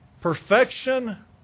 perfection